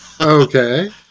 Okay